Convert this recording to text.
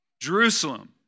Jerusalem